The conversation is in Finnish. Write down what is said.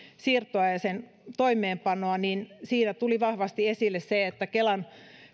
siirtoa ja sen toimeenpanoa niin siinä tuli vahvasti esille se että kelan